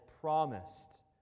promised